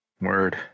Word